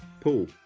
Paul